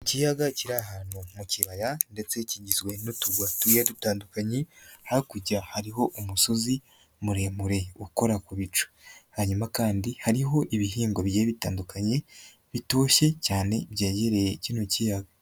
Ikiyaga kiri ahantu mu kibaya, ndetse kigizwe n'uturwa tugiye dutandukanye, hakurya hariho umusozi muremure ukora ku bicu. Hanyuma kandi hariho ibihinyigwa bigiye bitandukanye, bitoshye cyane byegereye kino kiyaga.